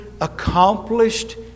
accomplished